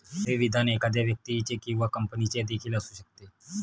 हे विधान एखाद्या व्यक्तीचे किंवा कंपनीचे देखील असू शकते